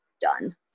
done